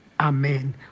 Amen